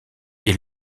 est